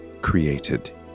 created